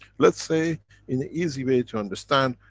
let's say in an easy way to understand,